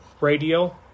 Radio